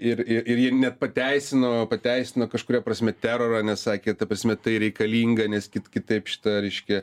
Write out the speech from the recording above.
ir ir ir jie net pateisino pateisino kažkuria prasme terorą nes sakė ta prasme tai reikalinga nes kitaip šita reiškia